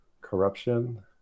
corruption